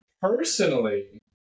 Personally